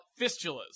fistulas